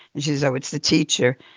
and she says, oh, it's the teacher.